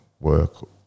work